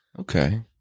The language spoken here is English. Okay